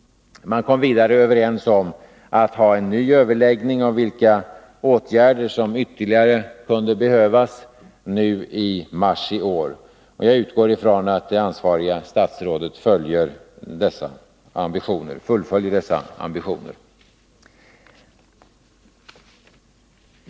Man kom vidare överens om att ha en ny överläggning i mars i år om vilka åtgärder som ytterligare kunde behövas. Jag utgår ifrån att det nu ansvariga statsrådet fullföljer dessa ambitioner.